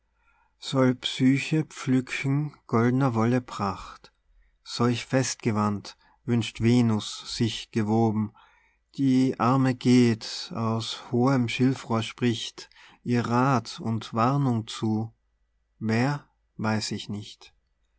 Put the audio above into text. soll psyche pflücken goldner wolle pracht solch festgewand wünscht venus sich gewoben die arme geht aus hohem schilfrohr spricht ihr rath und warnung zu wer weiß ich nicht